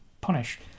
punish